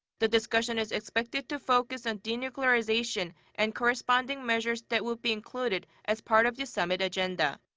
the discussion is expected to focus on denuclearization and corresponding measures that would be included as part of the summit agenda.